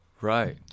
Right